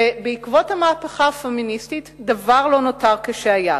ובעקבות המהפכה הפמיניסטית דבר לא נותר כשהיה,